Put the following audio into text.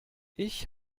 ich